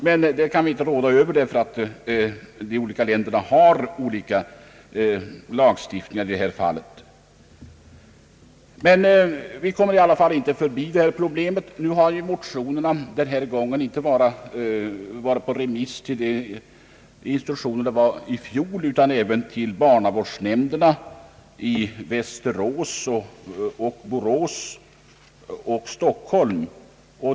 Men detta kan vi inte råda över, ty de olika länderna har olika lagstiftning i detta fall. Vi kommer ändå inte ifrån detta pro Ang. utlänningspolitiken, m.m. blem. Motionerna har denna gång inte bara varit på remiss till de institutioner där de var i fjol utan även till barnavårdsnämnderna i Västerås, Borås och Stockholm.